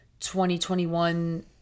2021